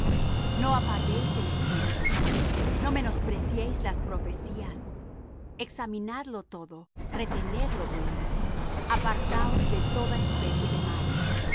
no apaguéis el espíritu no menospreciéis las profecías examinadlo todo retened lo bueno apartaos de toda especie de mal